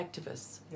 activists